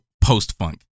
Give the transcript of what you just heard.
post-funk